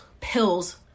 pills